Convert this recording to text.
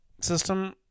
system –